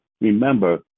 remember